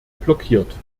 blockiert